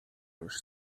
już